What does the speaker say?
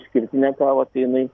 išskirtinę kavą tai jinai